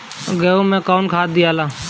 गेहूं मे कौन खाद दियाला?